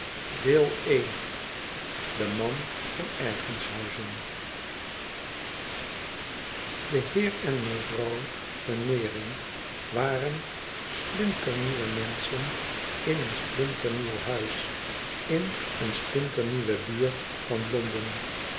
de man van ergenshthzen de heer en mevrouw veneering waren splinternieuwe menschen in een splinternieuw huis in eene splinternieuwe buurt van londen